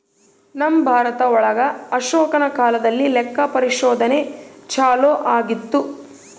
ನಮ್ ಭಾರತ ಒಳಗ ಅಶೋಕನ ಕಾಲದಲ್ಲಿ ಲೆಕ್ಕ ಪರಿಶೋಧನೆ ಚಾಲೂ ಆಗಿತ್ತು